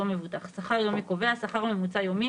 מבוטח; "שכר יומי קובע" - שכר ממוצע יומי